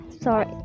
Sorry